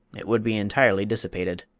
it would be entirely dissipated.